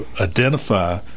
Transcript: identify